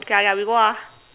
okay ah okay ah we go out ah